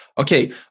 Okay